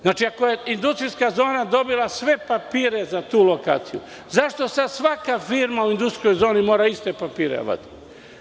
Znači, ako je industrijska zona dobila sve papire za tu lokaciju, zašto sada svaka firma u industrijskoj zoni mora iste papire da vadi?